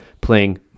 playing